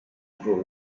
grow